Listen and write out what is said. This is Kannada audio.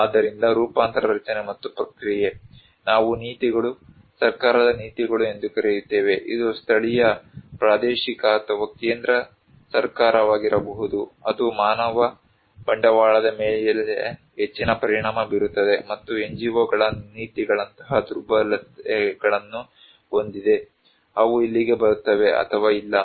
ಆದ್ದರಿಂದ ರೂಪಾಂತರ ರಚನೆ ಮತ್ತು ಪ್ರಕ್ರಿಯೆ ನಾವು ನೀತಿಗಳು ಸರ್ಕಾರದ ನೀತಿಗಳು ಎಂದು ಕರೆಯುತ್ತೇವೆ ಇದು ಸ್ಥಳೀಯ ಪ್ರಾದೇಶಿಕ ಅಥವಾ ಕೇಂದ್ರ ಸರ್ಕಾರವಾಗಿರಬಹುದು ಅದು ಮಾನವ ಬಂಡವಾಳದ ಮೇಲೆ ಹೆಚ್ಚಿನ ಪರಿಣಾಮ ಬೀರುತ್ತದೆ ಮತ್ತು NGO ಗಳ ನೀತಿಗಳಂತಹ ದುರ್ಬಲತೆಗಳನ್ನು ಹೊಂದಿದೆ ಅವು ಇಲ್ಲಿಗೆ ಬರುತ್ತವೆ ಅಥವಾ ಇಲ್ಲ